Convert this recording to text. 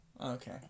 Okay